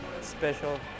special